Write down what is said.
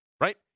right